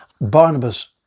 Barnabas